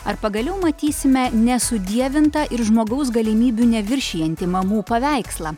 ar pagaliau matysime nesudievintą ir žmogaus galimybių neviršijantį mamų paveikslą